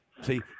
See